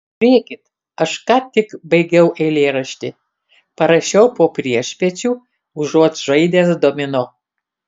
žiūrėkit aš ką tik baigiau eilėraštį parašiau po priešpiečių užuot žaidęs domino